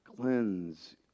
cleanse